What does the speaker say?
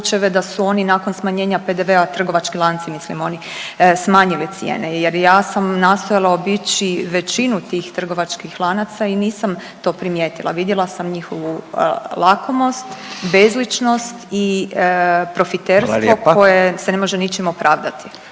da su oni nakon smanjenja PDV-a trgovački lanci mislim oni smanjili cijene. Jer ja sam nastojala obići većinu tih trgovačkih lanaca i nisam to primijetila, vidjela sam njihovu lakomost, bezličnost i profiterstvo … …/Upadica Radin: